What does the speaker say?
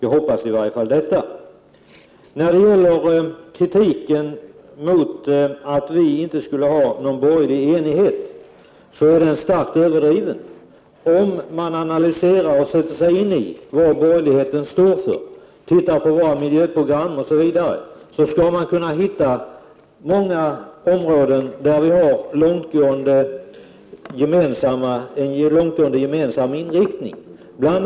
Kritiken mot att borgerligheten inte skulle vara enig är starkt överdriven. Om man analyserar frågorna och sätter sig in i vad borgerligheten står för, om man tittar på våra miljöprogram osv., hittar man många områden där vi har en långtgående gemensam inriktning. Bl.